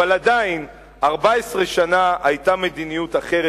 אבל עדיין 14 שנה היתה מדיניות אחרת,